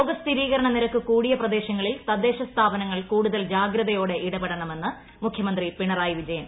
രോഗ സ്ഥിരീകരണ നിരക്ക് കൂടിയ്ട്ര പ്രദേശങ്ങളിൽ തദ്ദേശ സ്ഥാപനങ്ങൾ കൂടുതൽ ്ജാ്ഗതയോടെ ഇടപെടണമെന്ന് മുഖ്യമന്ത്രി പീണ്റായി വിജയൻ